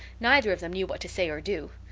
neither of them knew what to say or do.